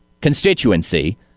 constituency